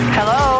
Hello